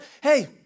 hey